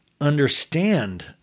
understand